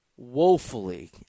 woefully